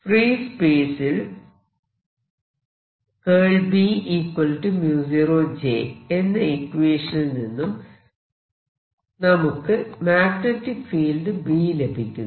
free space ൽ B 0 j എന്ന ഇക്വേഷനിൽ നിന്നും നമുക്ക് മാഗ്നെറ്റിക് ഫീൽഡ് B ലഭിക്കുന്നു